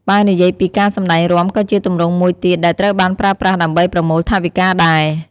បើនិយាយពី ការសម្ដែងរាំក៏ជាទម្រង់មួយទៀតដែលត្រូវបានប្រើប្រាស់ដើម្បីប្រមូលថវិការដែរ។